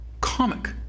comic